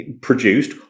produced